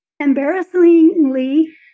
embarrassingly